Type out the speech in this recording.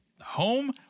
home